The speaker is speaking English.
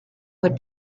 would